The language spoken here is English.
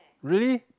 really